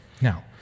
Now